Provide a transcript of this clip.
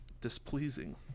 displeasing